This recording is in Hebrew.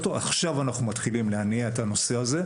עכשיו סוף סוף אנחנו מתחילים להניע את הנושא הזה.